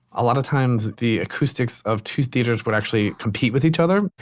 a lot of times the acoustics of two theaters would actually compete with each other,